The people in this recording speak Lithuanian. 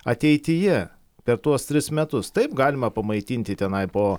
ateityje per tuos tris metus taip galima pamaitinti tenai po